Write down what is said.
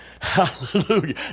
Hallelujah